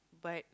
but